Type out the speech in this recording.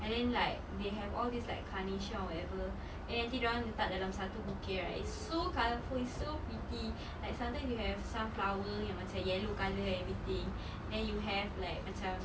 I mean like they have all these like carnation or whatever nanti dorang letak dalam satu bouquet right it's so colourful it's so pretty like sometime you have sunflower yang macam yellow colour everything then you have like macam